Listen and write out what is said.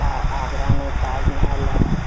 آگرہ میں تاج محل ہے